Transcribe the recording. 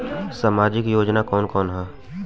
सामाजिक योजना कवन कवन ह?